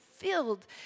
Filled